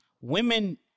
Women